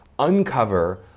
uncover